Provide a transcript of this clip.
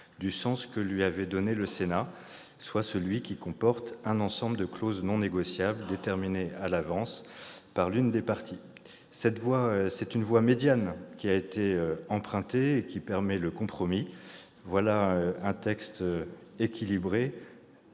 du sens que lui avait donné le Sénat, à savoir celle d'un contrat qui « comporte un ensemble de clauses non négociables, déterminées à l'avance par l'une des parties ». C'est une voie médiane qui a été empruntée et qui permet le compromis sur un texte équilibré